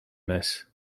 miss